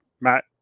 Matt